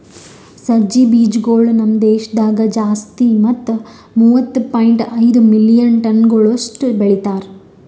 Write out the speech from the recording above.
ಸಜ್ಜಿ ಬೀಜಗೊಳ್ ನಮ್ ದೇಶದಾಗ್ ಜಾಸ್ತಿ ಮತ್ತ ಮೂವತ್ತು ಪಾಯಿಂಟ್ ಐದು ಮಿಲಿಯನ್ ಟನಗೊಳಷ್ಟು ಬೆಳಿತಾರ್